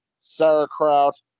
sauerkraut